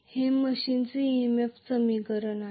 तर हे मशीनचे EMF समीकरण आहे